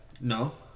No